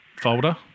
folder